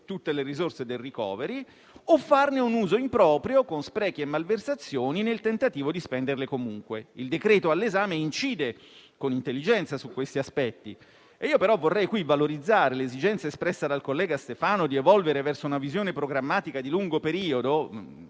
tutte le risorse del *recovery* o farne un uso improprio, con sprechi e malversazioni, nel tentativo di spenderle comunque. Il decreto-legge all'esame incide con intelligenza su questi aspetti. Tuttavia vorrei qui valorizzare l'esigenza espressa dal collega Stefano di evolvere verso una visione programmatica di lungo periodo